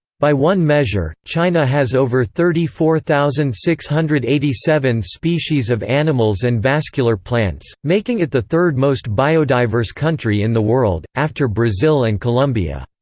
by one measure, china has over thirty four thousand six hundred and eighty seven species of animals and vascular plants, making it the third-most biodiverse country in the world, after brazil and colombia.